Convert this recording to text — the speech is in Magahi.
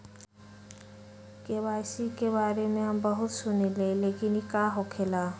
के.वाई.सी के बारे में हम बहुत सुनीले लेकिन इ का होखेला?